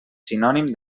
sinònim